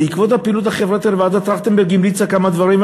בעקבות הפעילות החברתית הרי ועדת טרכטנברג המליצה כמה דברים,